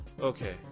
Okay